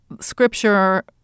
scripture